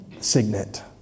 Signet